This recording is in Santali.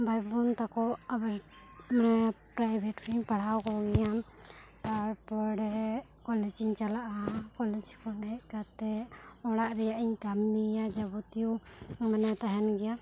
ᱵᱟᱭᱵᱚᱱ ᱛᱟᱠᱚ ᱟᱵᱟᱨ ᱢᱚᱱᱮ ᱯᱨᱟᱭᱵᱷᱮᱴ ᱨᱮᱧ ᱯᱟᱲᱦᱟᱣ ᱠᱚ ᱜᱮᱭᱟ ᱛᱟᱨ ᱯᱚᱨᱮ ᱠᱚᱞᱮᱡᱽ ᱤᱧ ᱪᱟᱞᱟᱜᱼᱟ ᱠᱚᱞᱮᱡᱽ ᱠᱷᱚᱱ ᱦᱮᱡ ᱠᱟᱛᱮ ᱚᱲᱟᱜ ᱨᱮᱭᱟᱜ ᱤᱧ ᱠᱟᱹᱢᱤᱭᱟ ᱡᱟᱵᱚᱛᱤᱭᱚ ᱢᱟᱱᱮ ᱛᱟᱦᱮᱱ ᱜᱮᱭᱟ